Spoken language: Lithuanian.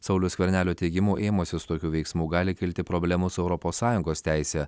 sauliaus skvernelio teigimu ėmusis tokių veiksmų gali kilti problemų su europos sąjungos teise